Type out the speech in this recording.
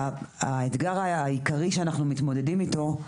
האתגר העיקרי שאנחנו מתמודדים אתו,